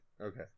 Okay